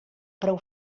preu